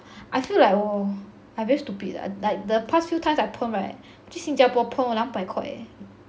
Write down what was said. I feel like 我 I very stupid ah the like the past few times I perm right 我去新加坡 perm !wah! 两百块 leh